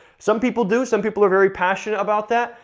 some people do. some people are very passionate about that,